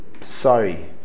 sorry